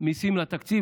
מיסים לתקציב.